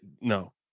No